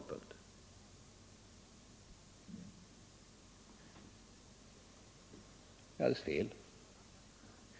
Det är alldeles fel.